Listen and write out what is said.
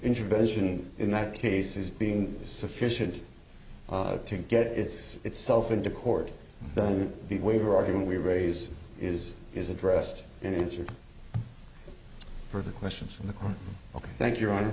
intervention in that case is being sufficient to get its itself into court then the waiver argument we raise is is addressed and it is your for the questions from the court ok thank you